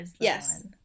yes